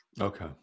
Okay